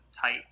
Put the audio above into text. tight